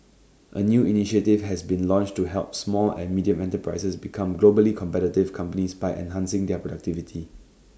A new initiative has been launched to help small and medium enterprises become globally competitive companies by enhancing their productivity